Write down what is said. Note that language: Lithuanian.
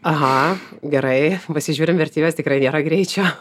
aha gerai pasižiūrim vertybes tikrai nėra greičio